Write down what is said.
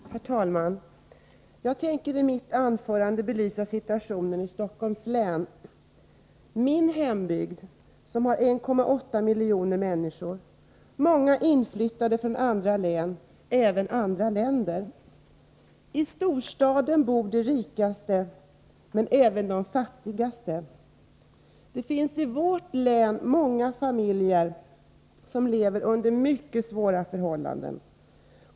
Herr talman! Jag tänker i mitt anförande belysa situationen i Stockholms län — min hembygd. Stockholms län har 1,8 miljoner invånare, många inflyttade från andra län, en del även från andra länder. I storstaden bor de rikaste, men även de fattigaste. Det finns i vårt län många familjer som lever under mycket svåra förhållanden.